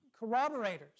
corroborators